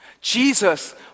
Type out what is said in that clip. Jesus